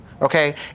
Okay